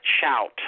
Shout